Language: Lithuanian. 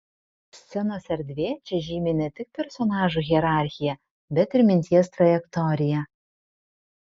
scenos erdvė čia žymi ne tik personažų hierarchiją bet ir minties trajektoriją